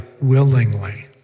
willingly